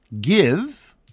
give